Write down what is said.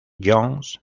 jones